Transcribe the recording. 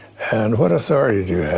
and what authority do you have?